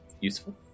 useful